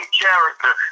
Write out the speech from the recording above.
character